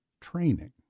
training